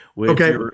Okay